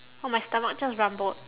oh my stomach just rumbled